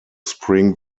spring